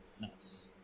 nuts